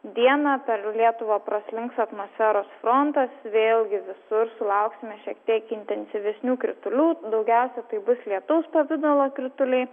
dieną per lietuvą praslinks atmosferos frontas vėlgi visur sulauksime šiek tiek intensyvesnių kritulių daugiausiai tai bus lietaus pavidalo krituliai